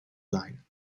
sein